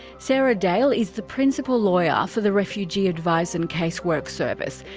sarah dale is the principal lawyer for the refugee advice and casework service.